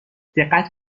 دقت